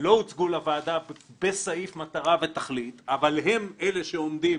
לא הוצגו לוועדה בסעיף מטרה ותכלית אבל הם אלה שעומדים